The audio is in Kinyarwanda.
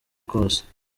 kose